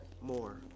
more